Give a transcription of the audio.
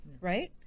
right